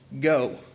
go